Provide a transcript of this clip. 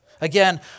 Again